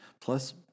Plus